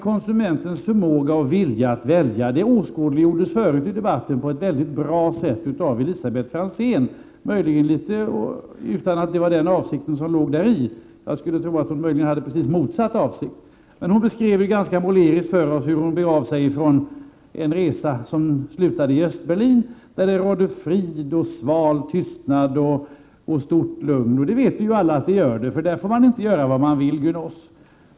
Konsumentens förmåga och vilja att välja åskådliggjordes tidigare i debatten på ett mycket bra sätt av Elisabet Franzén, möjligen utan att det var avsikten. Jag skulle tro att hon egentligen hade precis motsatt avsikt. Hon beskrev emellertid ganska måleriskt för oss hur hon begav sig ut på en resa som slutade i Östberlin. Där rådde det frid, sval tystnad och stort lugn. Det vet vi ju alla att det gör, eftersom man där inte får göra vad man vill, gunås.